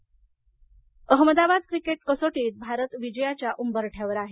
cricket Ahmedabad cricket कसोटीत भारत विजयाच्या उंबरठ्यावर आहे